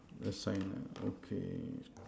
the sign ah okay